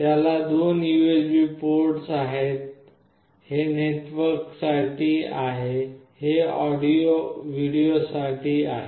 त्याला दोन USB ports आहेत हे नेटवर्कसाठी आहे हे ऑडिओ आणि व्हिडिओसाठी आहेत